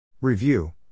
Review